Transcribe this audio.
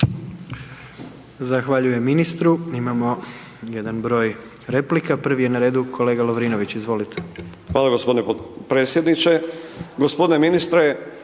Zahvaljujem ministru. Imamo jedan broj replika. Prvi je na redu kolega Lovrinović, izvolite. **Lovrinović,